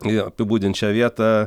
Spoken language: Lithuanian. jo apibūdint šią vietą